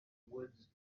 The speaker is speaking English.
woods